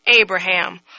Abraham